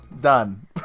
Done